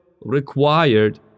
required